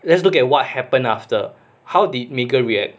let's look at what happened after how did megan react